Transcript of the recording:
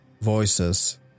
voices